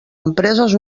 empreses